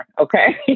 Okay